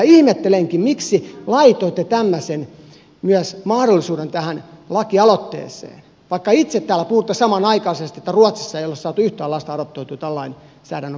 ihmettelenkin miksi laitoitte myös tällaisen mahdollisuuden tähän lakialoitteeseen vaikka itse täällä puhutte samanaikaisesti että ruotsissa ei ole saatu yhtään lasta adoptoitua tämän lainsäädännön kautta